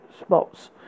spots